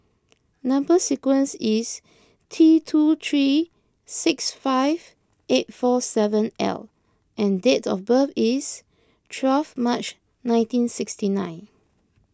Number Sequence is T two three six five eight four seven L and date of birth is twelve March nineteen sixty nine